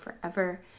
forever